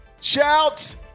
Shouts